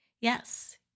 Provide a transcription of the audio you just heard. Yes